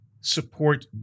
support